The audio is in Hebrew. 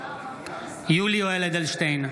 יולי יואל אדלשטיין,